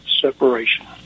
separation